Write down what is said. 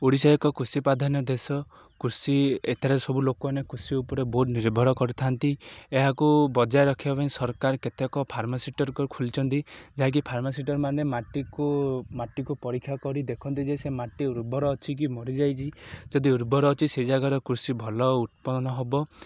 ଓଡ଼ିଶା ଏକ କୃଷିପ୍ରାଧାନ୍ୟ ଦେଶ କୃଷି ଏଥିରେ ସବୁ ଲୋକମାନେ କୃଷି ଉପରେ ବହୁତ ନିର୍ଭର କରିଥାନ୍ତି ଏହାକୁ ବଜାୟ ରଖିବା ପାଇଁ ସରକାର କେତେକ ଫାର୍ମାସିଟର୍କ ଖୁଲିଛନ୍ତି ଯାହାକି ଫାର୍ମାସିଟର୍ମାନେ ମାଟିକୁ ମାଟିକୁ ପରୀକ୍ଷା କରି ଦେଖନ୍ତି ଯେ ସେ ମାଟି ଉର୍ବର ଅଛି କି ମରିଯାଇଛି ଯଦି ଉର୍ବର ଅଛି ସେ ଜାଗାରେ କୃଷି ଭଲ ଉତ୍ପନ୍ନ ହେବ